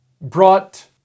brought